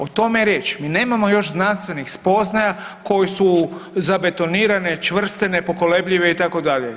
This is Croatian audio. O tome je riječ, mi nemamo još znanstvenih spoznaja koje su zabetonirane, čvrste, nepokolebljive itd.